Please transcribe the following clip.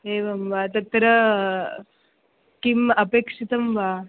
एवं वा तत्र किम् अपेक्षितं वा